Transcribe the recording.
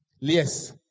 Yes